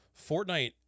Fortnite